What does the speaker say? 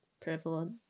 prevalent